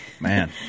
Man